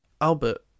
Albert